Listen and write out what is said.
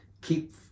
keep